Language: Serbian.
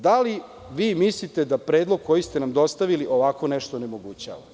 Da li vi mislite da predlog koji ste nam dostavili ovako nešto onemogućava?